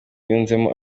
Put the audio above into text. yunzemo